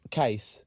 case